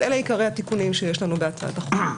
אלה עיקרי התיקונים שיש לנו בהצעת החוק.